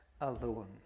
alone